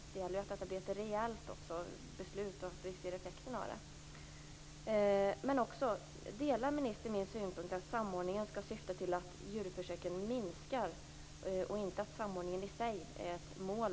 Det gäller ju att det blir ett reellt beslut och att vi ser effekterna av det. Delar ministern min uppfattning att samordningen skall syfta till att djurförsöken minskar och att samordningen i sig inte är ett mål?